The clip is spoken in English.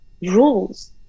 rules